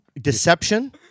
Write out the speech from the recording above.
Deception